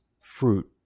fruit